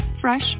fresh